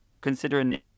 considering